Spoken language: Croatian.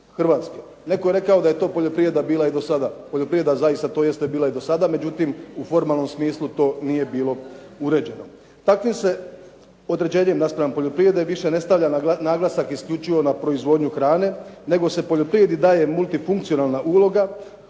Hrvatske. Netko je rekao da je to poljoprivreda bila i dosada, poljoprivreda zaista to jeste bila i dosada međutim u formalnom smislu to nije bilo uređeno. Takvim se određenjem naspram poljoprivrede više ne stavlja naglasak isključivo na proizvodnju hrane nego se poljoprivredi daje multifunkcionalna uloga